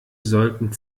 sollten